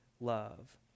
love